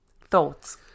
Thoughts